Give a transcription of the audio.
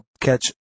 catch